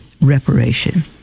reparation